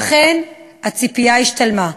ואכן, הציפייה השתלמה.